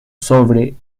sobre